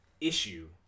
issue